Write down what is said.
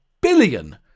billion